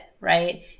right